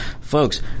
folks